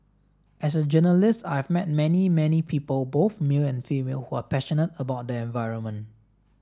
as a journalist I've met many many people both male and female who are passionate about the environment